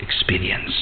experience